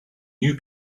new